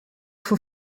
for